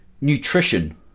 Nutrition